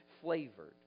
flavored